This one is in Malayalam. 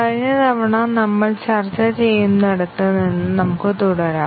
കഴിഞ്ഞ തവണ നമ്മൾ ചർച്ച ചെയ്യുന്നിടത്ത് നിന്ന് നമുക്ക് തുടരാം